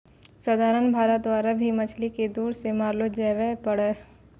साधारण भाला द्वारा भी मछली के दूर से मारलो जावै पारै